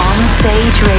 Onstage